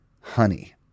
Honey